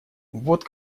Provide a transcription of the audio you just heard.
вот